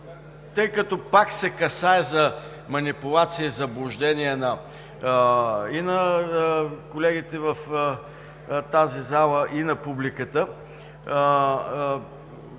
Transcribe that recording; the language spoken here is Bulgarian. тъй като пак се касае за манипулация и заблуждение и на колегите в тази зала, и на публиката.